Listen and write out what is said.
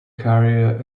career